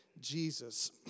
Jesus